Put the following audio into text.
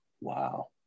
Wow